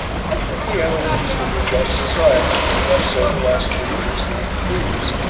i think we have a reasonably just society, less so the last three years than the previous,